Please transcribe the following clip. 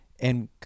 And-